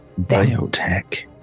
Biotech